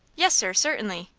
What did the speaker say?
yes, sir certainly,